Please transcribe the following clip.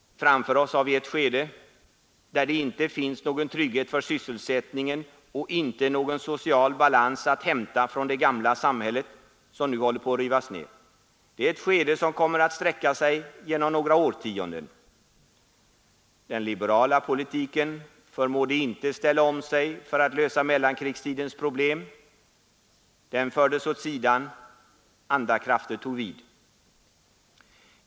Framför oss har vi ett skede där det inte finns någon trygghet för sysselsättningen och inte någon social balans att hämta från det gamla samhälle som nu håller på att rivas ned. Det är ett skede som kommer att sträcka sig genom några årtionden. Den liberala politiken förmådde inte ställa om sig för att lösa mellankrigstidens problem. Den fördes åt sidan, andra krafter tog vid.